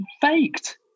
faked